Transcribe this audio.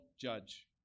judge